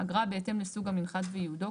אגרה בהתאם לסוג המנחת וייעודו,